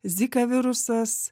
zika virusas